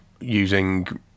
using